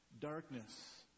darkness